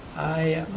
i,